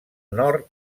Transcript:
nord